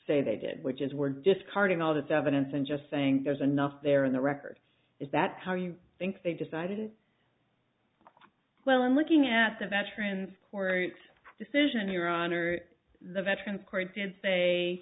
say they did which is we're discarding all this evidence and just saying there's enough there in the record is that how you think they decided well i'm looking at the veterans court decision your honor the veterans court did say